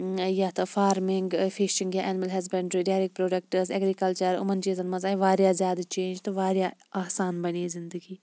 یتھ farming fishing یا animal husbandry dairy products agriculture یِمَن چیٖزَن مَنٛز آیہ واریاہ زیادٕ چینٛج تہٕ واریاہ آسان بَنے زِنٛدگی